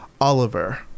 Oliver